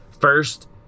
First